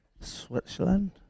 Switzerland